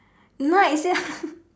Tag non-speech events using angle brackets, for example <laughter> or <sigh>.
night sia <laughs>